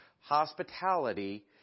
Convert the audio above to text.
hospitality